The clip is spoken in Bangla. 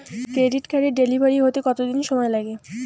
ক্রেডিট কার্ডের ডেলিভারি হতে কতদিন সময় লাগে?